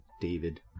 David